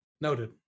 Noted